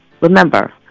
Remember